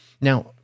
Now